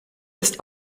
ist